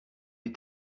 les